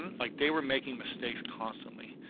um like they were making mistakes constantly.